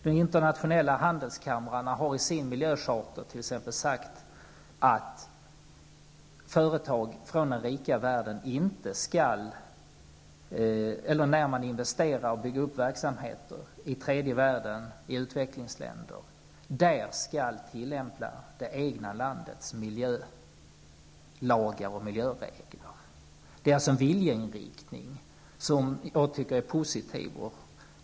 De internationella handelskamrarna har i sin miljö-charta t.ex. sagt att när man investerar och bygger upp verksamheter i tredje världen skall man tillämpa det egna landets miljölagar och miljöregler. Det är alltså en viljeinriktning som jag tycker är positiv.